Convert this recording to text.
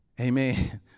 Amen